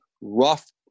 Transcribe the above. rough